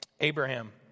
Abraham